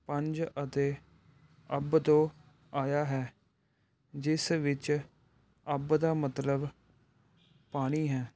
ਪੰਜ ਅਤੇ ਅਬ ਤੋਂ ਆਇਆ ਹੈ ਜਿਸ ਵਿੱਚ ਅਬ ਦਾ ਮਤਲਬ ਪਾਣੀ ਹੈ